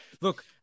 look